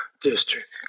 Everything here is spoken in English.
district